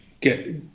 get